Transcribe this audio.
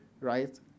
right